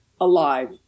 alive